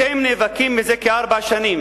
אתם נאבקים מזה כארבע שנים